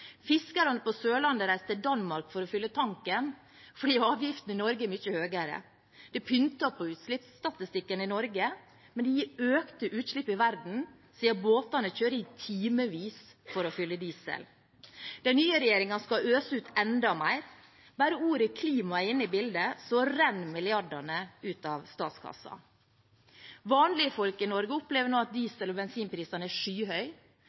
Fiskerne på Sørlandet reiser til Danmark for å fylle tanken fordi avgiftene i Norge er mye høyere. Det pynter på utslippsstatistikken i Norge, men det gir økte utslipp i verden, siden båtene kjører i timevis for å fylle diesel. Den nye regjeringen skal øse ut enda mer. Bare ordet «klima» er inne i bildet, renner milliardene ut av statskassen. Vanlige folk i Norge opplever nå at diesel- og bensinprisene er